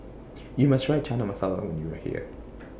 YOU must Try Chana Masala when YOU Are here